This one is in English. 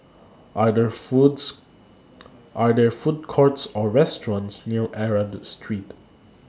Are There Foods Are There Food Courts Or restaurants near Arab Street